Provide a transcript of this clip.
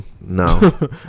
No